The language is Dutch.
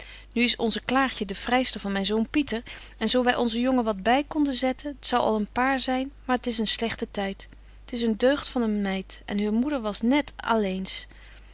nu is onze klaartje de vryster van myn zoon pieter en zo wy onzen jongen wat by konden zetten t zou al een paar zyn maar t is een slegte tyd t is een deugd van een meid en heur moeder was net alëens